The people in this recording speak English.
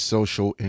Social